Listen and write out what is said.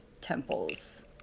temples